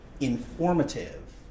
informative